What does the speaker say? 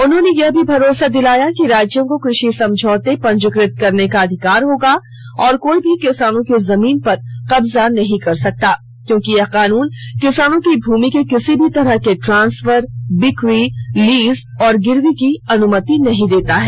उन्होंने यह भी भरोसा दिलाया कि राज्यों को कृषि समझौते पंजीकृत करने का अधिकार होगा और कोई भी किसानों की जमीन पर कब्जा नहीं कर सकता क्योंकि यह कानून किसानों की भूमि के किसी भी तरह के ट्रांसफर बिक्री लीज और गिरवी की अनुमति नहीं देता है